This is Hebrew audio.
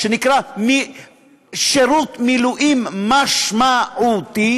שנקראים שירות מילואים משמעותי,